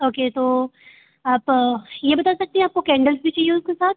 okay तो आप यह बता सकती है आपको केंडल्स भी चाहिए उसके साथ